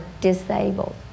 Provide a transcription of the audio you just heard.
disabled